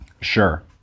Sure